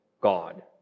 God